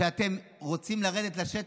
שאתם רוצים לרדת לשטח,